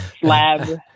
slab